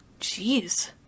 jeez